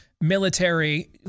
military